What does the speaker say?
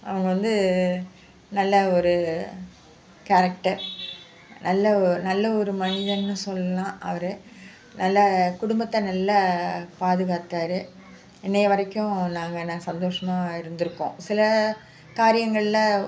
அவங்க வந்து நல்ல ஒரு கேரக்டர் நல்ல ஒ நல்ல ஒரு மனிதன்னு சொல்லலாம் அவரு நல்ல குடும்பத்தை நல்ல பாதுகாத்தார் இன்றைய வரைக்கும் நாங்கள் ந சந்தோஷமாக இருந்துருக்கோம் சில காரியங்களில்